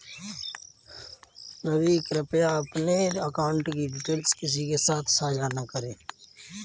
रवि, कृप्या deposit account की details किसी के साथ सांझा न करें